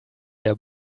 der